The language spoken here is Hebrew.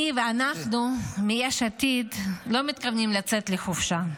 אני ואנחנו מיש עתיד לא מתכוונים לצאת לחופשה.